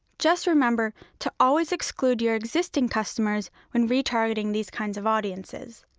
just remember to always exclude your existing customers when retargeting these kinds of audiences.